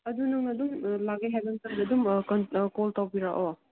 ꯑꯗꯨ ꯅꯪꯅ ꯑꯗꯨꯝ ꯂꯥꯛꯀꯦ ꯍꯥꯏꯕ ꯃꯇꯝꯗꯗꯨꯝ ꯀꯣꯜ ꯇꯧꯕꯤꯔꯛꯑꯣ